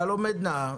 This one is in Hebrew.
שלום, עדנה.